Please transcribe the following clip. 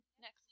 Next